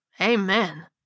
Amen